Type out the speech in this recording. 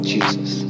Jesus